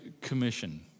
Commission